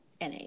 NA